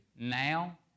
now